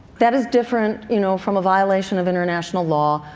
that is different you know from a violation of international law,